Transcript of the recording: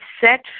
set